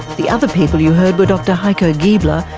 the other people you heard were dr heiko giebler,